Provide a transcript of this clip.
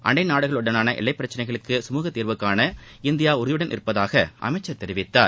அண்டை நாடுகளுடனான எல்லைப்பிரச்சினைக்கு சுமூகத்தீர்வுகாண இந்தியா உறுதியுடன் உள்ளதாக அமைச்சர் தெரிவித்தார்